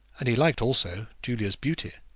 and he liked also julia's beauty.